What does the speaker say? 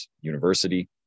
university